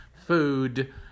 food